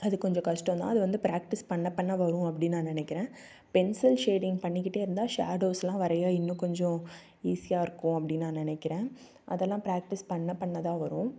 அது கொஞ்சம் கஷ்டம்தான் அது வந்து பிராக்டிஸ் பண்ண பண்ண வரும் அப்படின்னு நான் நினைக்கிறேன் பென்சில் ஷேடிங் பண்ணிக்கிட்டே இருந்தால் ஷேடோஸ்லாம் வரைய இன்னும் கொஞ்சம் ஈஸியாக இருக்கும் அப்படின்னு நான் நினைக்கிறேன் அதல்லாம் பிராக்டிஸ் பண்ண பண்ணதான் வரும்